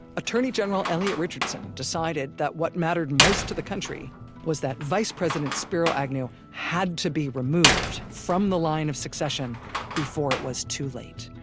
attorney general elliot richardson decided that what mattered most to the country was that vice president spiro agnew had to be removed from the line of succession before it was too late